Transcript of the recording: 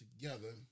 together